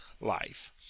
life